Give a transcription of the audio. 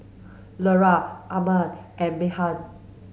Lera Arman and Meghan